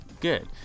Good